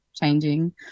changing